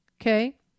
Okay